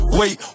wait